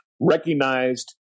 recognized